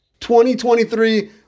2023